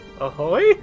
Ahoy